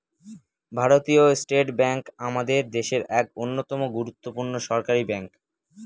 ভারতীয় state bank আমাদের দেশের এক অন্যতম গুরুত্বপূর্ণ সরকারি ব্যাঙ্ক